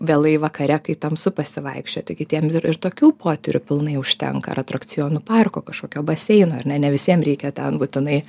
vėlai vakare kai tamsu pasivaikščioti kitiem ir tokių potyrių pilnai užtenka atrakcionų parko kažkokio baseino ar ne visiem reikia ten būtinai